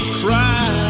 cry